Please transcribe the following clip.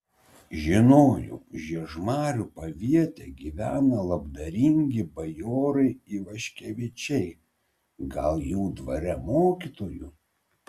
žinojau žiežmarių paviete gyvena labdaringi bajorai ivaškevičiai gal jų dvare mokytoju